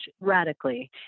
radically